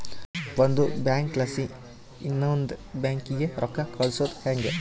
ಒಂದು ಬ್ಯಾಂಕ್ಲಾಸಿ ಇನವಂದ್ ಬ್ಯಾಂಕಿಗೆ ರೊಕ್ಕ ಕಳ್ಸೋದು ಯಂಗೆ